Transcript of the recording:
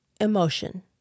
emotion